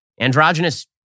androgynous